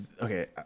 Okay